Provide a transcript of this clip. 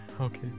Okay